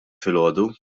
filgħodu